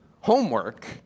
homework